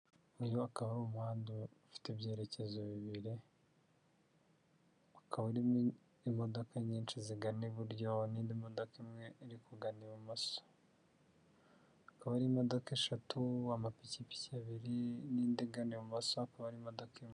Uyu akaba ari umuhanda ufite ibyerekezo bibiri, ukaba urimo imodoka nyinshi zigana iburyo n'indi modoka imwe iri kugana ibumoso. Ikaba ari imodoka eshatu, amapikipiki abiri n'indi igana ibumoso, ikaba ari imodoka imwe.